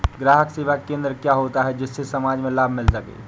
ग्राहक सेवा केंद्र क्या होता है जिससे समाज में लाभ मिल सके?